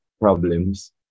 problems